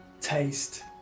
taste